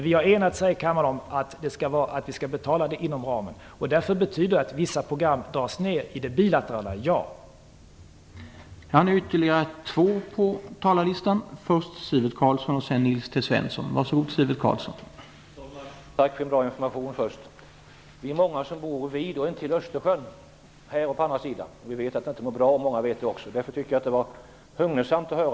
Vi har enats här i kammaren om att vi skall betala det inom ramen, och därför betyder det vissa neddragningar i de bilaterala programmen - ja.